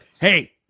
hey